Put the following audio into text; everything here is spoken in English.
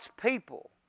people